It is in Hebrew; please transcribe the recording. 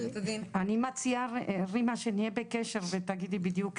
אני מציעה, רימה, שנהיה בקשר ותגידי בדיוק.